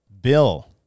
Bill